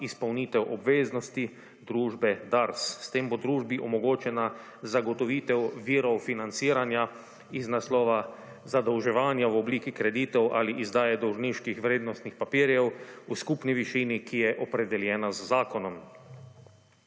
izpolnitev obveznosti družbe DARS. S tem bo družbi omogočena zagotovitev virov financiranja iz naslova zadolževanja v obliki kreditov ali izdaje dolžniških vrednostnih papirjev v skupni višini, ki je opredeljena z zakonom.